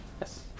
yes